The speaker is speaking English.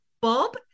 Bob